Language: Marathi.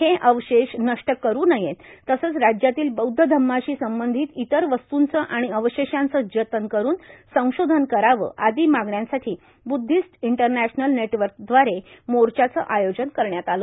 हे अवशेष नष्ट करू नये तसंच राज्यातील बौध्द धम्माशी संबधित इतर वास्तूंचं आणि अवशेषांचं जतन करून संशोधन करावं आदी मागण्यांसाठी ब्दधिस्ट इंटरनॅशनल नेटवर्कद्वारे मोर्चाचं आयोजन करण्यात आलं